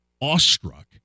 awestruck